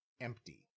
empty